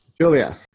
Julia